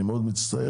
אני מאוד מצטער,